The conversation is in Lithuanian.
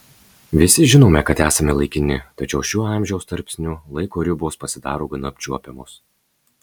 visi žinome kad esame laikini tačiau šiuo amžiaus tarpsniu laiko ribos pasidaro gana apčiuopiamos